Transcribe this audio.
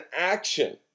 action